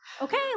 okay